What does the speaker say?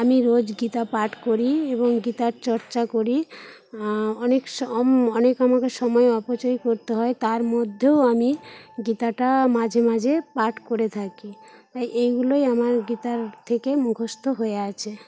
আমি রোজ গীতা পাঠ করি এবং গীতার চর্চা করি অনেক স অম অনেক আমাকে সময় অপচয় করতে হয় তার মধ্যেও আমি গীতাটা মাঝে মাঝে পাঠ করে থাকি এইগুলোই আমার গীতার থেকে মুখস্থ হয়ে আছে